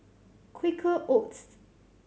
Quaker Oats